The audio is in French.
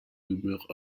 demeure